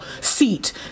seat